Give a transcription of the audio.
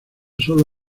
sólo